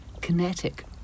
kinetic